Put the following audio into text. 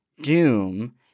Doom